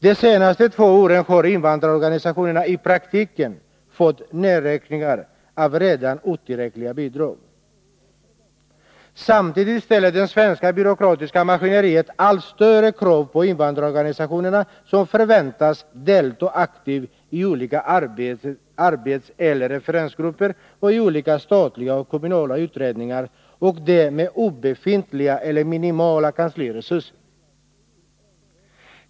De senaste två åren har 95 invandrarorganisationerna i praktiken fått nedskärningar av redan otillräckliga bidrag. Samtidigt ställer det svenska byråkratiska maskineriet allt större krav på invandrarorganisationerna, som förväntas delta aktivt i olika arbetseller referensgrupper och i olika statliga och kommunala utredningar och det med obefintliga eller minimala kansliresurser.